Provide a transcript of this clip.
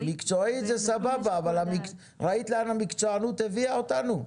--- מקצועית זה סבבה אבל ראית לאן המקצוענות הביאה אותנו?